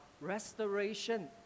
restoration